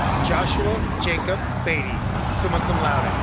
joshua jacob beatty, summa cum laude.